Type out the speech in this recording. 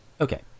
Okay